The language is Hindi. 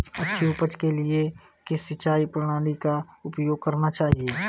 अच्छी उपज के लिए किस सिंचाई प्रणाली का उपयोग करना चाहिए?